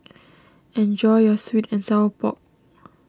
enjoy your Sweet and Sour Pork